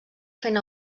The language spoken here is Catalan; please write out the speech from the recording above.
fent